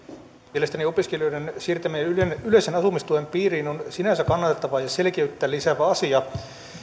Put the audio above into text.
mielestäni opiskelijoiden siirtäminen yleisen asumistuen piiriin on sinänsä kannatettava ja selkeyttä lisäävä asia